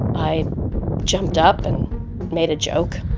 i jumped up and made a joke.